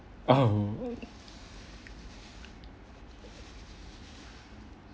oh